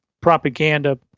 propaganda